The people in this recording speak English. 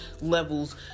levels